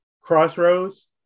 crossroads